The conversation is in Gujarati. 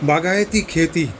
બાગાયતી ખેતી